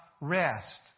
rest